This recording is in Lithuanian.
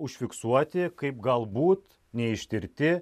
užfiksuoti kaip galbūt neištirti